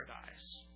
paradise